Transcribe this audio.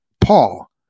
Paul